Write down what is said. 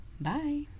Bye